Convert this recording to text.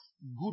good